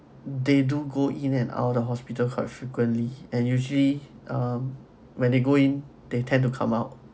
they do go in and out of hospital quite frequently and usually um when they go in they tend to come out